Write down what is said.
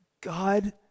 God